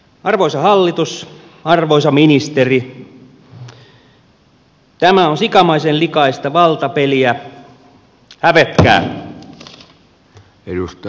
arvoisa hallitus arvoisa ministeri tämä on sikamaisen likaista valtapeliä